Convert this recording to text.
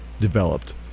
developed